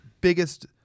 biggest